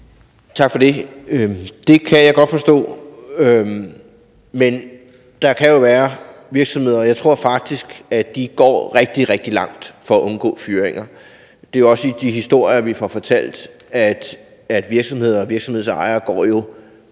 Tak for det. Det kan jeg godt forstå, men der kan jo være virksomheder, der må ty til fyringer. Jeg tror faktisk, at de går rigtig, rigtig langt for at undgå fyringer. Det hører vi også i de historier, vi får fortalt, altså at virksomheder og virksomhedsejere jo